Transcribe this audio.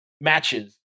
matches